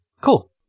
Cool